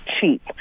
Cheap